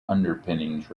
underpinnings